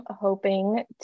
hoping